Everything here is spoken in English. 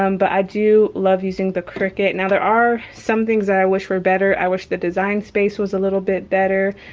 um but i do love using the cricut. now there are some things that i wish were better. i wish the design space was a little bit better.